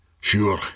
Sure